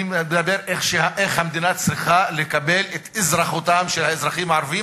אני מדבר על איך המדינה צריכה לקבל את אזרחותם של האזרחים הערבים,